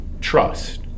trust